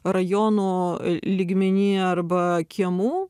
rajono lygmeny arba kiemų